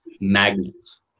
magnets